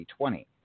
2020